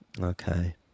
Okay